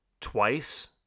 twice